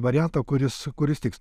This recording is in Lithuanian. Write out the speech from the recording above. variantą kuris kuris tiks